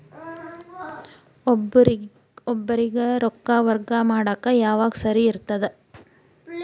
ಒಬ್ಬರಿಗ ರೊಕ್ಕ ವರ್ಗಾ ಮಾಡಾಕ್ ಯಾವಾಗ ಸರಿ ಇರ್ತದ್?